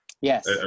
yes